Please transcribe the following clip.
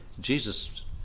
Jesus